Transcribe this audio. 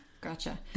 Gotcha